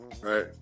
right